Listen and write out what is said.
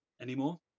anymore